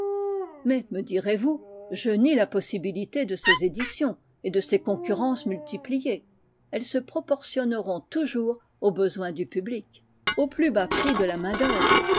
mais me direz-vous je nie la possibilité de ces éditions et de ces concurrences multipliées elles se proportionneront toujours au besoin du public au plus bas prix de la